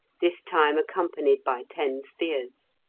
this time accompanied by ten spears.